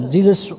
Jesus